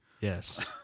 Yes